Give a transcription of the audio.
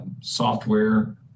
software